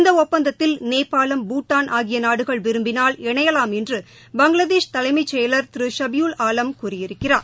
இந்த ஒப்பந்தத்தில் நேபாளம் பூட்டான் ஆகிய நாடுகள் விரும்பினால் இணையவாம் என்று பங்களாதேஷ் தலைமைச் செயலர் திரு ஷபியுல் ஆலம் கூறியிருக்கிறார்